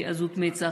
בעזות מצח.